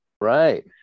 Right